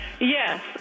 Yes